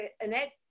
Annette